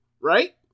right